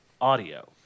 audio